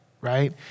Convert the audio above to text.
right